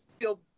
feel